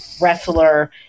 wrestler